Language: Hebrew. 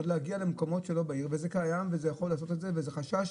או להגיע למקומות שלא בעיר וזה קיים וזה יכול לעשות את זה וזה חשש,